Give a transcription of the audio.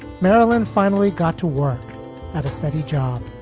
marilyn finally got to work at a steady job,